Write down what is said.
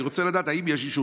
אני רוצה לדעת אם יש אישור.